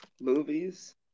movies